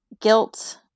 guilt